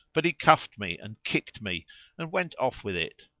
but he cuffed me and kicked me and went off with it.